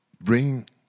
bring